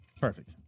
Perfect